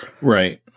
Right